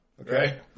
Okay